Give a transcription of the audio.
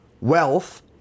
wealth